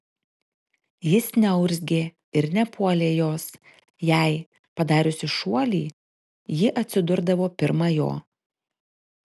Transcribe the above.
jis neurzgė ir nepuolė jos jei padariusi šuolį ji atsidurdavo pirma jo